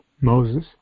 Moses